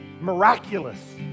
Miraculous